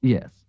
Yes